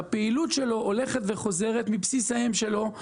שאם יש מטוס שהפעילות שלו הולכת וחוזרת מבסיס האם שלו,